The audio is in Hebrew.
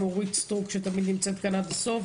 אורית סטרוק שתמיד נמצאת כאן עד הסוף,